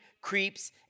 creeps